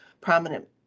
prominent